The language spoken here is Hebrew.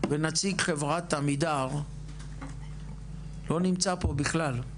ונציג חברת עמידר לא נמצא פה בכלל.